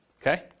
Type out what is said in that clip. Okay